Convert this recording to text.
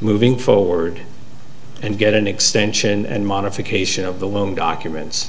moving forward and get an extension and modification of the loan documents